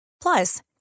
Plus